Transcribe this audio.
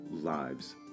lives